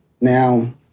Now